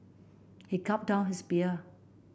he gulped down his beer